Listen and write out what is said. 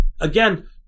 again